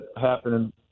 happening